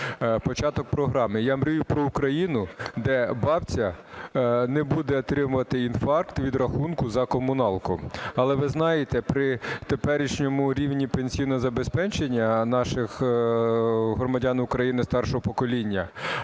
Початок програми: "Я мрію про Україну, де бабця не буде отримувати інфаркт від рахунку за комуналку". Але ви знаєте, при теперішньому рівню пенсійного забезпечення наших громадян України старшого покоління